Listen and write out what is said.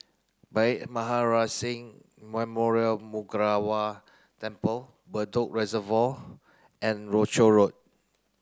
Bhai Maharaj Singh Memorial Gurdwara Temple Bedok Reservoir and Rochor Road